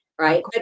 Right